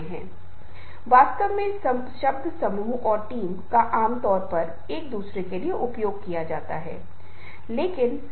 इसलिए ये चीजें वास्तव में बहुत महत्वपूर्ण हैं और एक नेता को इस तरह की संचार क्षमता विकसित करनी चाहिए यदि वह एक अच्छा नेता बनना चाहता है